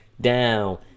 down